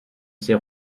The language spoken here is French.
ses